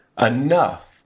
enough